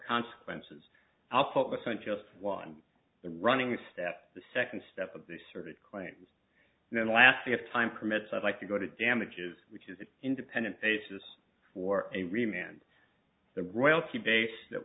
consequences i'll focus on just one running step the second step of the survey claims and then lastly if time permits i'd like to go to damages which is an independent basis for a real man the royalty basis that